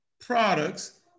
products